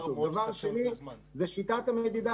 דבר שני, שיטת המדידה.